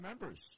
members